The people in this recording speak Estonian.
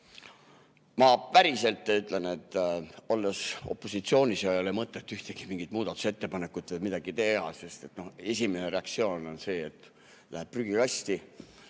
päriselt ütlen, et olles opositsioonis ei ole mõtet ühtegi muudatusettepanekut või midagi teha, sest esimene reaktsioon on see, et läheb prügikasti,